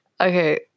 Okay